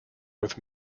with